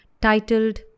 titled